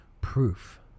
proof